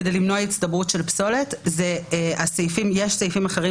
יש לכם סעיפים אחרים